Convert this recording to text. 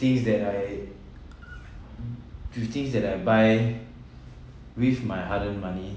things that I to things that I buy with my hard earned money